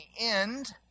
end